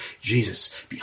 Jesus